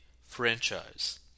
franchise